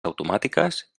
automàtiques